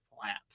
flat